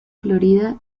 florida